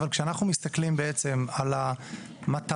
אבל כשאנחנו מסתכלים בעצם על המטרה,